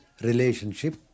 relationship